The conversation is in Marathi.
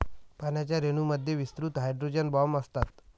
पाण्याच्या रेणूंमध्ये विस्तृत हायड्रोजन बॉण्ड असतात